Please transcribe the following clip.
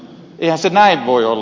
eihän se näin voi olla